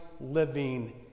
living